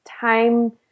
time